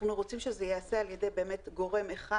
אנחנו רוצים שזה ייעשה על ידי באמת גורם אחד